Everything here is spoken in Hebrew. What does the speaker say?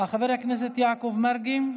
אה, חבר הכנסת יעקב מרגי.